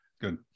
Good